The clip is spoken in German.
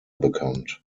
bekannt